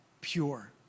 Pure